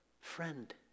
friend